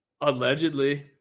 Allegedly